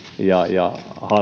ja ja